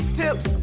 tips